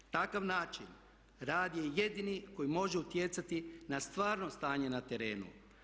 Takav način rad je jedini koji može utjecati na stvarno stanje na terenu.